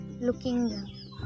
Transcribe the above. looking